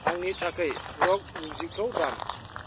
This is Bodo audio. आंनि थाखाय रक मिउजिकखौ दाम